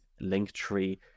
Linktree